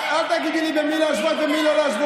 את, אל תגידי לי בין מי להשוות ובין מי לא להשוות,